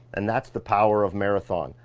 and that's the power of marathon.